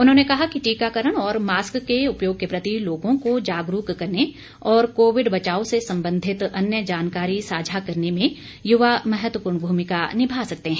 उन्होंने कहा कि टीकाकरण और मास्क के उपयोग के प्रति लोगों को जागरूक करने और कोविड बचाओ से संबंधित अन्य जानकारी साझा करने में युवा महत्वपूर्ण भूमिका निभा सकते हैं